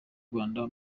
rwanda